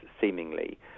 seemingly